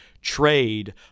trade